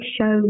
shows